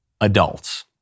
adults